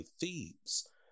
Thieves